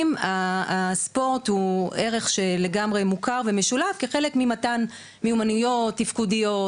הספורט הוא ערך שלגמרי מוכר ומשולב כחלק ממתן מיומנויות תפקודיות,